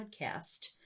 podcast